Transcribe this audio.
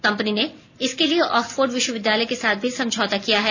company ने इसके लिए ऑक्सफोर्ड विश्वविद्यालय के साथ भी समझौता किया है